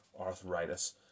arthritis